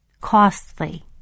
costly